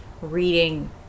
reading